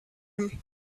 him